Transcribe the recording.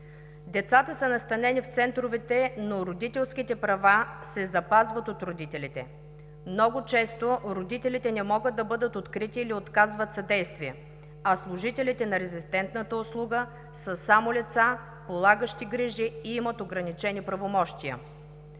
Децата са настанени в центровете, но родителските права се запазват от родителите. Много често родителите не могат да бъдат открити, или отказват съдействие, а служителите на резистентната услуга са само лица, полагащи грижи и имат ограничени правомощия.